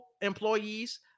employees